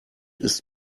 ist